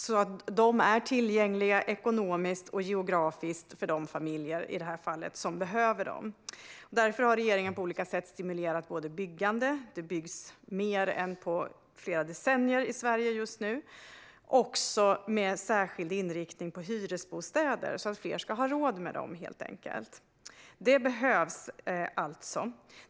De måste vara tillgängliga ekonomiskt och geografiskt för de familjer som i det här fallet är i behov av dem. Regeringen har därför på olika sätt stimulerat byggande - det byggs mer i Sverige just nu än på flera decennier - med särskild inriktning på hyresbostäder, så att fler helt enkelt ska ha råd med dem. Detta behövs alltså.